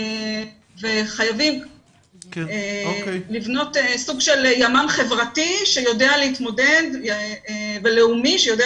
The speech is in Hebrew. חייבים לבנות סוג של ימ"מ חברתי ולאומי שיודע